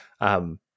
Um-